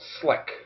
Slick